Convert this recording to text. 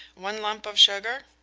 one lump of sugar?